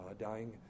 dying